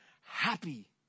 happy